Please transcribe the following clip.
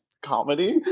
comedy